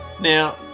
Now